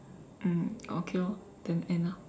mm okay lor then end ah